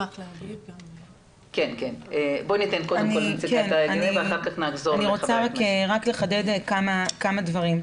אני רוצה לחדד כמה דברים.